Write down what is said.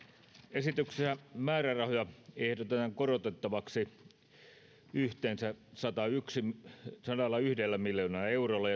esityksessä määrärahoja ehdotetaan korotettavaksi yhteensä sadallayhdellä miljoonalla eurolla